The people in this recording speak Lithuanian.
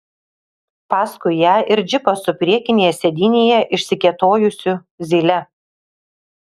paskui ją ir džipas su priekinėje sėdynėje išsikėtojusiu zyle